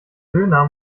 döner